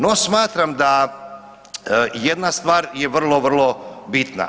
No, smatram da jedna stvar je vrlo, vrlo bitna.